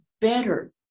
better